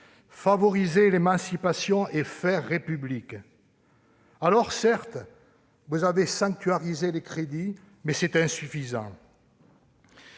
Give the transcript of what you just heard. favoriser l'émancipation et « faire République ». Alors, certes, vous avez sanctuarisé les crédits, mais c'est insuffisant.